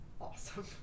awesome